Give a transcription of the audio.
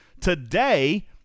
today